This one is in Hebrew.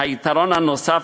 והיתרון הנוסף,